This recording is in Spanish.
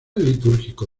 litúrgico